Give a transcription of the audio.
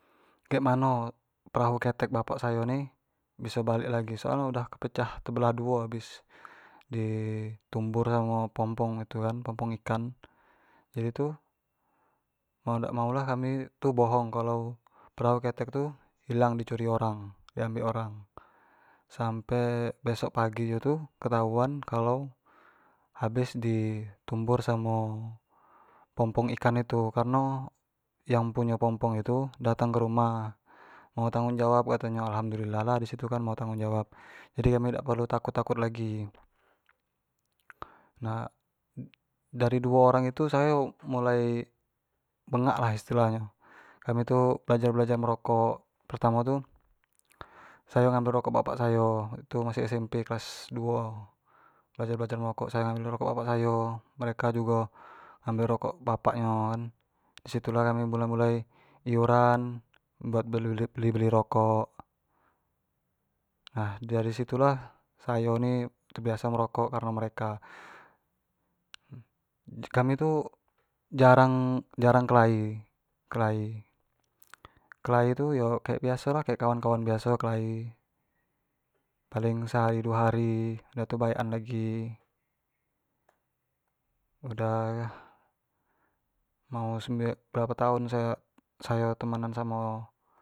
Kek mano perahu ketek bapak sayo ni biso balik lagi, soal nyo udah ke pecah tebelah duo habis, di tumbur samo pompon itu kan pompon ikan jadi tu mau dak mau lah kami tu bohong kalau perahu ketek tu ilang di curi orang, di ambek orang, sampe besok pagi nyo tu ketahuan kalau habis di tumbur samo pompong ikan itu kareno yang punyo pompong itu datang kerumah mau tanggung jawab kato nyo, alhamdulillah lah disitu kan mau tanggung jawab jadi kami dak perlu takut takut lagi, nah dari duo orang tu sayo mulai bengak lah istilah nyo kami tu belajar belajar merokok pertamo tu sayo ngambil rokok bapak sayo tu masih SMP kelas duo, belajar belajar merokok sayo ngambil rokok bapak sayo mereka jugo ngambil rokok bapak nyo kan, disitu lah kami mulai mulai iuran buat beli beli rokok dari situ lah sayo ni tebiaso merokok kareno mereka, kami tu jarang jarang kelahi kelahi, kelahi tu yo kayak biaso kayak kawan kawan biaso kelahi paling se hari duo hari dah tu baek an lagi, udah se berapo tahun sayo sayo temenan samo.